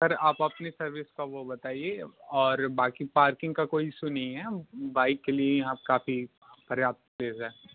sir आप अपनी service का वो बताइए और बाक़ी पार्किंग का कोई इशू नहीं है बाइक के लिए यहाँ काफ़ी पर्याप्त जगह है